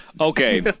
okay